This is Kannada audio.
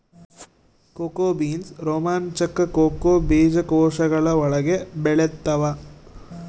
ಕೋಕೋ ಬೀನ್ಸ್ ರೋಮಾಂಚಕ ಕೋಕೋ ಬೀಜಕೋಶಗಳ ಒಳಗೆ ಬೆಳೆತ್ತವ